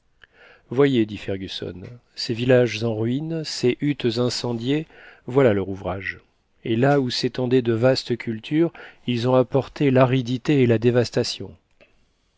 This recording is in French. voyez dit fergusson ces villages en ruines ces huttes incendiées voilà leur ouvrage et là où s'étendaient de vastes cultures ils ont apporté l'aridité et la dévastation